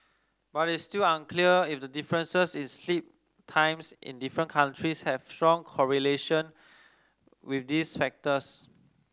but it's still unclear if the differences in sleep times in different countries have strong correlation with these factors